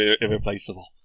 irreplaceable